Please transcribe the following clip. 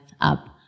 up